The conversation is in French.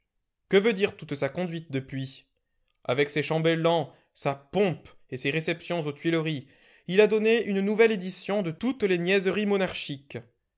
que veut dire toute sa conduite depuis avec ses chambellans sa pompe et ses réceptions aux tuileries il a donné une nouvelle édition de toutes les niaiseries monarchiques